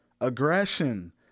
aggression